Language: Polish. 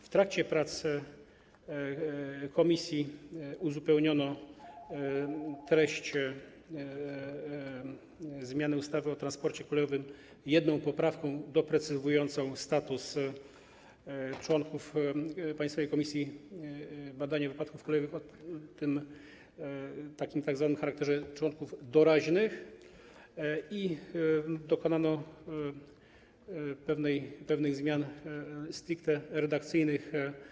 W trakcie prac komisji uzupełniono treść zmiany ustawy o transporcie kolejowym jedną poprawką doprecyzowującą status członków Państwowej Komisji Badania Wypadków Kolejowych o charakterze tzw. członków doraźnych i dokonano pewnych zmian stricte redakcyjnych.